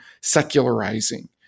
secularizing